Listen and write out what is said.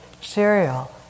cereal